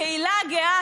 הקהילה הגאה,